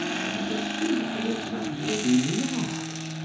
and the sympathy of man will be large,